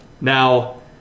Now